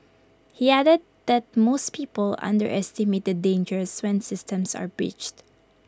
he added that most people underestimate the dangers when systems are breached